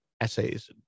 essays